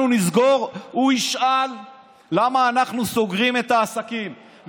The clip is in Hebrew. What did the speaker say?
נסגור הוא ישאל למה אנחנו סוגרים את העסקים,